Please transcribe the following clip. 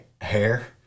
hair